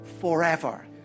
forever